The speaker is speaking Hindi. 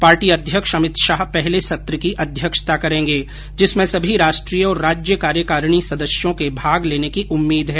पार्टी अध्यक्ष अमित शाह पहले सत्र की अध्यक्षता करेंगे जिसमें सभी राष्ट्रीय और राज्य कार्यकारिणी सदस्यों के भाग लेने की उम्मीद है